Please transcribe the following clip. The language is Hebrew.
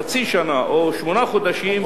חצי שנה או שמונה חודשים,